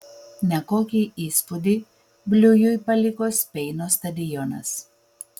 nekokį įspūdį bliujui paliko speino stadionas